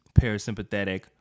parasympathetic